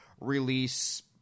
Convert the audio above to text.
release